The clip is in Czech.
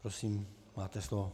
Prosím, máte slovo.